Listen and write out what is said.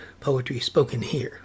poetryspokenhere